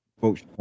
folks